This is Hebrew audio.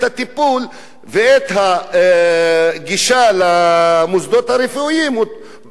ואת הגישה למוסדות הרפואיים כמו במרכז,